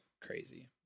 crazy